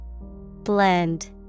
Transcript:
Blend